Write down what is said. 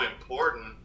important